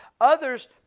Others